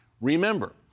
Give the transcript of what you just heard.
Remember